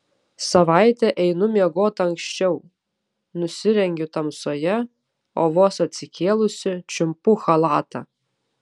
savaitę einu miegoti anksčiau nusirengiu tamsoje o vos atsikėlusi čiumpu chalatą